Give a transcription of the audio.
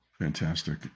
Fantastic